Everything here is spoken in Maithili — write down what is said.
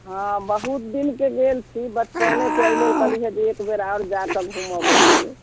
हँ बहुत दिनके गेल छी बचपनेके एहि लेल कहली हँ जे एक बेर आओर जाकऽ घुमब ओहिठिनी